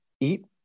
Eat